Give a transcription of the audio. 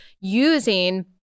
using